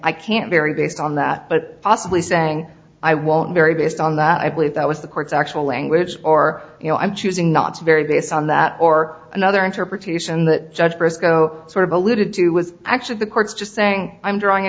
i can vary based on that but possibly saying i won't vary based on that i believe that was the court's actual language or you know i'm choosing not to vary based on that or another interpretation that judge briscoe sort of alluded to was actually the court's just saying i'm drawing a